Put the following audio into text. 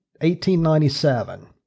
1897